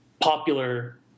popular